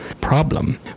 problem